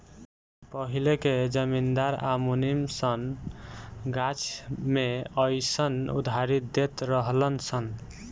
पहिले के जमींदार आ मुनीम सन गाछ मे अयीसन उधारी देत रहलन सन